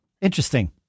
Interesting